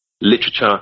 literature